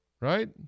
right